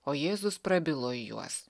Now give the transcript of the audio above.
o jėzus prabilo į juos